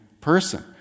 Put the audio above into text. person